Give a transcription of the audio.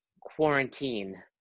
quarantine